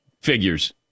figures